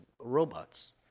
robots